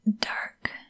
dark